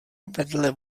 vedle